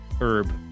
herb